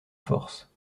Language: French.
force